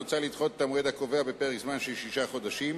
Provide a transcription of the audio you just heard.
מוצע לדחות את "המועד הקובע" בפרק זמן של שישה חודשים,